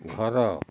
ଘର